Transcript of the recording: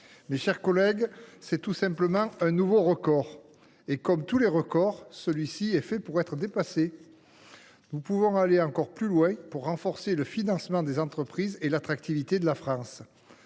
projets. C’est tout simplement un nouveau record, et, comme tous les records, celui ci est fait pour être dépassé : nous pouvons aller encore plus loin dans le renforcement du financement des entreprises et de l’attractivité de la France.